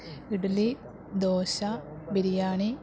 idli dosa biryani